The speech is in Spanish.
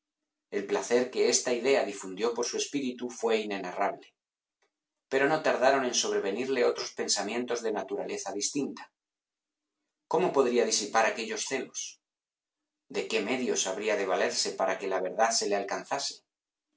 el placer que esta idea difundió por su espíritu fué inenarrable pero no tardaron en sobrevenirle otros pensamientos de naturaleza distinta cómo podría disipar aquellos celos de que medios habría de valerse para que la verdad se le alcanzase